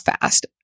fast